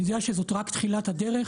אני יודע שזו רק תחילת הדרך,